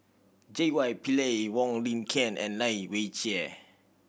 J Y Pillay Wong Lin Ken and Lai Weijie